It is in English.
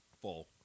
Full